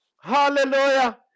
Hallelujah